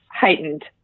heightened